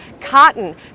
cotton